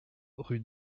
rue